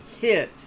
hit